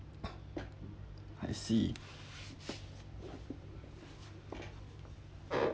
I see